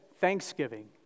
Thanksgiving